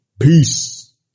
Peace